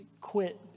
quit